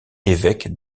évêque